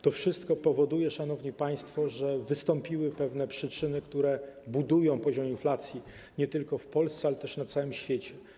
To wszystko powoduje, szanowni państwo, że wystąpiły pewne przyczyny, które budują poziom inflacji nie tylko w Polsce, ale też na całym świecie.